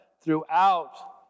throughout